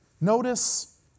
Notice